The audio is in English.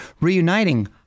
reuniting